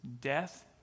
death